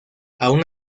aun